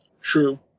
true